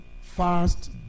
fast